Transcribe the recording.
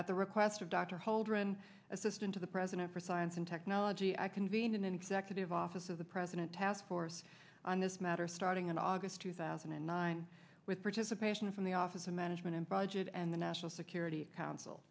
at the request of dr holdren assistant to the president for science and technology i convened an executive office of the president task force on this matter starting in august two thousand and nine with participation from the office of management and budget and the national security council